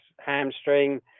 hamstring